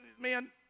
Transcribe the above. man